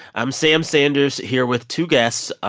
i'm sam sanders here with two guests, ah